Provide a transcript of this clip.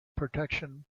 protection